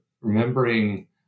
remembering